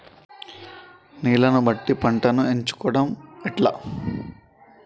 నీళ్లని బట్టి పంటను ఎంచుకోవడం ఎట్లా?